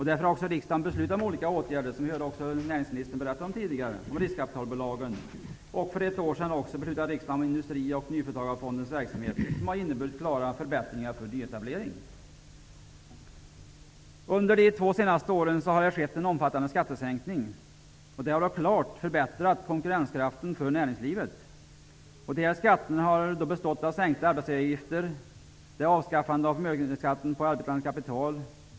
Därför har riksdagen beslutat om olika åtgärder. Det berättade näringsministern om tidigare. Man har bl.a. beslutat om riskkapitalbolag, och för ett år sedan beslutade riksdagen om Industri och nyföretagarfondens verksamhet. Detta har inneburit klara förbättringar när det gäller nyetablering. Under de två senaste åren har det skett omfattande skattesänkningar. Detta har klart förbättrat konkurrenskraften för näringslivet. Arbetsgivaravgifter har sänkts. Förmögenhetsskatten på arbetande kapital har avskaffats.